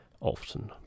often